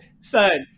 Son